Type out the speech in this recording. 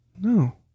no